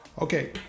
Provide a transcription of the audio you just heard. Okay